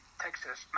Texas